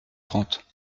trente